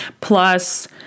plus